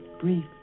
brief